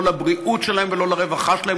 לא לבריאות שלהם ולא לרווחה שלהם,